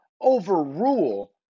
overrule